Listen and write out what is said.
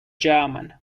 german